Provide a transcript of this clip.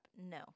No